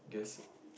I guess